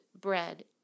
bread